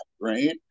right